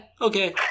okay